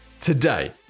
today